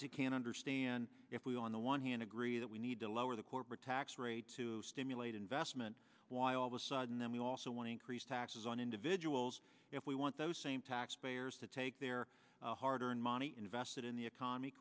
just can't understand if we on the one hand agree that we need to lower the corporate tax rate to stimulate investment why all of a sudden then we also want increased taxes on individuals if we want those same tax payers to take their hard earned money invested in the economy